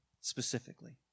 specifically